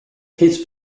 his